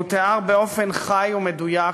והוא תיאר באופן חי ומדויק